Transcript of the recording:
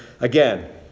Again